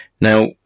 Now